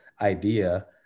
idea